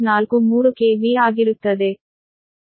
43 KV ಬಲವಾಗುತ್ತದೆ